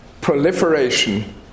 Proliferation